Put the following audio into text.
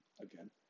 Again